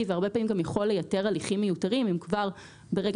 והרבה פעמים גם יכול לייתר הליכים מיותרים אם כבר ברגע